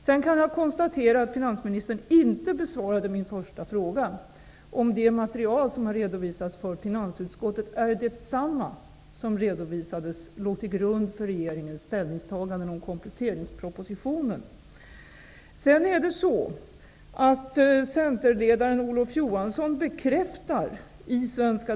Sedan kan jag konstatera att finansministern inte besvarade min första fråga, om det material som har redovisats för finansutskottet är detsamma som låg till grund för regeringens ställningstagande i kompletteringspropositionen.